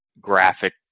graphic